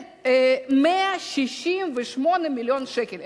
זה 168 מיליון שקל.